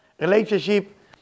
relationship